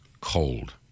cold